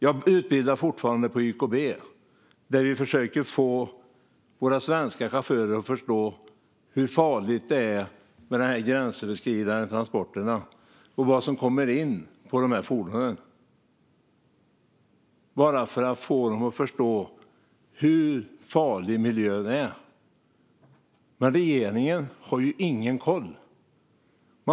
Jag är fortfarande utbildare i YKB. Vi försöker få våra svenska chaufförer att förstå hur farliga de gränsöverskridande transporterna är och vad som kommer in med dessa fordon. Vi gör det för att få dem att förstå hur farlig miljön är. Men regeringen har ingen koll.